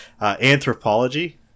Anthropology